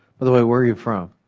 but the way, where are you from?